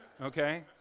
Okay